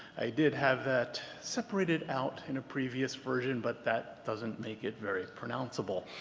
i did have that separated out in a previous version, but that doesn't make it very pronounceable.